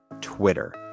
Twitter